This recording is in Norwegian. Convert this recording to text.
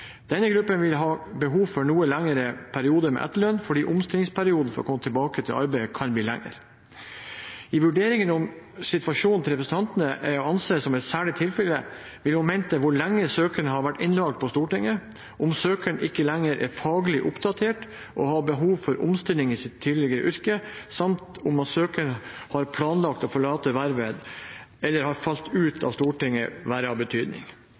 Denne gruppen vil ha behov for en noe lengre periode med etterlønn, fordi omstillingsperioden for å komme tilbake i arbeid kan bli lengre. I vurderingen av om situasjonen til representanten er å anse som et særlig tilfelle, vil momenter som hvor lenge søker har vært innvalgt på Stortinget, om søker ikke lenger er faglig oppdatert og har behov for omstilling i tidligere yrke samt om søker har planlagt å forlate vervet eller har «falt ut» av Stortinget, være av betydning.